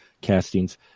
castings